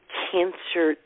cancer